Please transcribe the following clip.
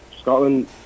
Scotland